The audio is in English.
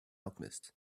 alchemist